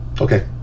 Okay